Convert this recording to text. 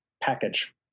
package